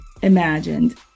Imagined